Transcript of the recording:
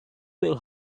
will